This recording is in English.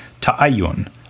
ta'ayun